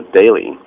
daily